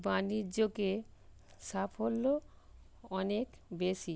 বাণিজ্যকে সাফল্য অনেক বেশি